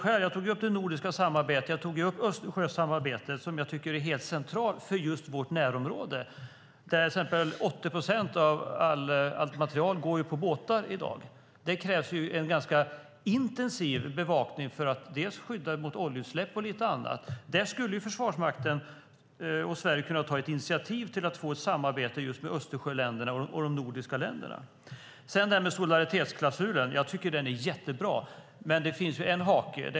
Jag tog upp det nordiska samarbetet, och jag tog upp Östersjösamarbetet som är centralt för vårt närområde. 80 procent av allt materiel går ju på båtar i dag. Då krävs en ganska intensiv bevakning för att skydda Östersjön mot oljeutsläpp och annat. Här skulle Sverige och Försvarsmakten kunna ta ett initiativ till ett samarbete med Östersjöländerna och de nordiska länderna. Solidaritetsklausulen är jättebra, men det finns en hake.